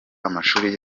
amashuri